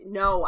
no